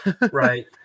Right